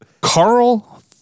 Carl